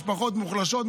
למשפחות מוחלשות,